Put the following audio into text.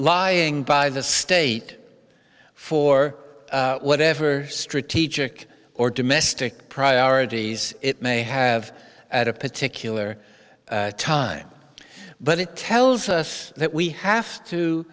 lying by the state for whatever strategic or domestic priorities it may have at a particular time but it tells us that we have to